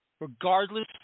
regardless